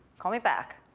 call me back.